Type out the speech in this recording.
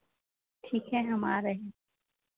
ठीक है हम आ रहे हैं